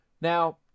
Now